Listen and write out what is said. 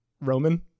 Roman